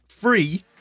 free